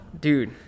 dude